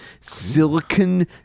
silicon